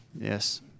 Yes